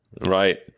Right